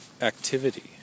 activity